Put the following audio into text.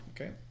okay